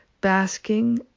basking